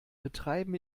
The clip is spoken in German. betreiben